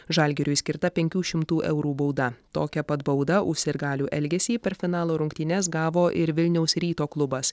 žalgiriui skirta penkių šimtų eurų bauda tokia pat baudą už sirgalių elgesį per finalo rungtynes gavo ir vilniaus ryto klubas